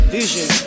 vision